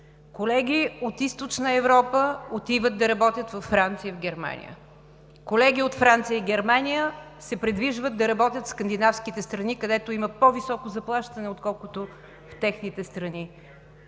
Колеги от Източна Европа отиват да работят във Франция и в Германия. Колеги от Франция и Германия се придвижват да работят в Скандинавските страни, където имат по-високо заплащане, отколкото в техните страни.